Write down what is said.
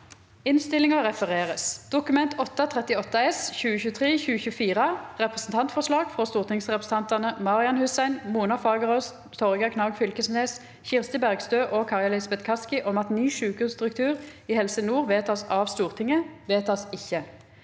v e d t a k : Dokument 8:38 S (2023–2024) – Representantforslag fra stortingsrepresentantene Marian Hussein, Mona Fagerås, Torgeir Knag Fylkesnes, Kirsti Bergstø og Kari Elisabeth Kaski om at ny sykehusstruktur i Helse Nord vedtas av Stortinget – vedtas ikke.